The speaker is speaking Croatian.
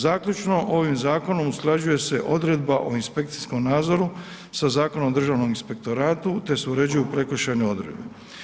Zaključno, ovim zakonom usklađuje se odredba o inspekcijskom nadzoru sa Zakonom o Državnom inspektoratu te se uređuju prekršajne odredbe.